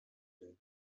den